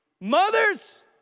mothers